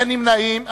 אין נמנעים.